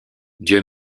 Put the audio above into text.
dieu